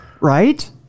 Right